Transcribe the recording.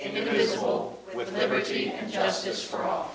indivisible with liberty and justice for all